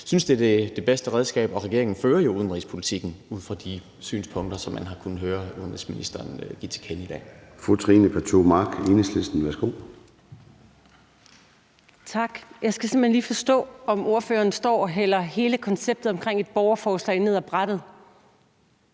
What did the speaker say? ikke synes, det er det bedste redskab, og regeringen fører jo også udenrigspolitikken ud fra de synspunkter, som man har kunnet høre udenrigsministeren give til kende i dag. Kl. 23:07 Formanden (Søren Gade): Fru Trine Pertou Mach, Enhedslisten. Værsgo. Kl. 23:07 Trine Pertou Mach (EL): Tak. Jeg skal simpelt hen lige forstå, om ordføreren står og hælder hele konceptet omkring et borgerforslag ned af brættet.